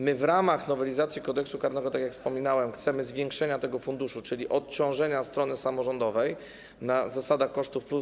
My w ramach nowelizacji Kodeksu karnego, tak jak wspominałem, chcemy zwiększenia tego funduszu i odciążenia strony samorządowej na zasadzie koszty plus.